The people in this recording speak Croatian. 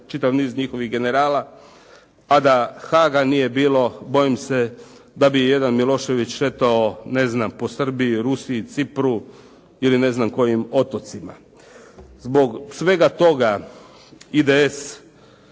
čitav niz njihovih generala, a da Haaga nije bilo, bojim se da bi jedan Milošević, eto po Srbiji, Rusiji, Cipru ili ne znam kojim otocima. Zbog svega toga, IDS,